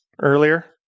earlier